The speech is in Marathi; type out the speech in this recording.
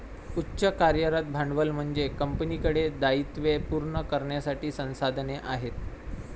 उच्च कार्यरत भांडवल म्हणजे कंपनीकडे दायित्वे पूर्ण करण्यासाठी संसाधने आहेत